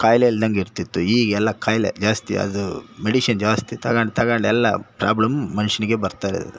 ಕಾಯಿಲೆ ಇಲ್ದಂಗೆ ಇರ್ತಿತ್ತು ಈಗ ಎಲ್ಲ ಕಾಯಿಲೆ ಜಾಸ್ತಿ ಅದು ಮೆಡಿಷನ್ ಜಾಸ್ತಿ ತಗಂಡು ತಗಂಡು ಎಲ್ಲ ಪ್ರಾಬ್ಲಮ್ ಮನುಷ್ಯನಿಗೆ ಬರ್ತಾಯಿರೋದು